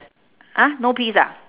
!huh! no peas ah